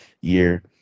year